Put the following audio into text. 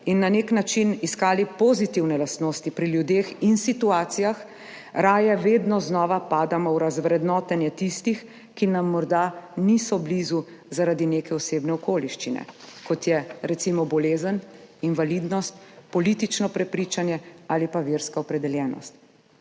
in na nek način iskali pozitivne lastnosti pri ljudeh in situacijah, raje vedno znova padamo v razvrednotenje tistih, ki nam morda niso blizu zaradi neke osebne okoliščine, kot so recimo bolezen, invalidnost, politično prepričanje ali pa verska opredeljenost,